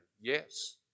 Yes